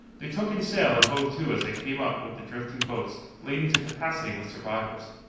they took in sail and hove to as they came up with the drifting boats, laden to capacity with survivors.